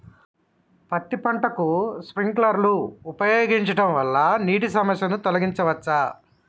పత్తి పంటకు స్ప్రింక్లర్లు ఉపయోగించడం వల్ల నీటి సమస్యను తొలగించవచ్చా?